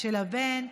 של הבן.